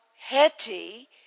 Hetty